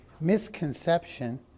misconception